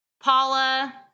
Paula